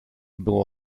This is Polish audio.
było